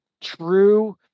true